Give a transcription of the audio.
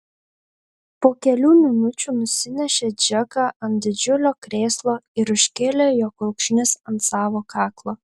po kelių minučių nusinešė džeką ant didžiulio krėslo ir užkėlė jo kulkšnis ant savo kaklo